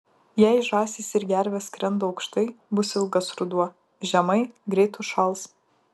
jei žąsys ir gervės skrenda aukštai bus ilgas ruduo žemai greit užšals